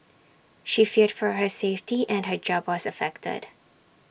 she feared for her safety and her job was affected